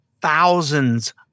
thousands